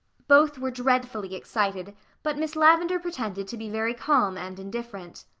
both were dreadfully excited but miss lavendar pretended to be very calm and indifferent.